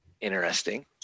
interesting